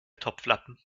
topflappen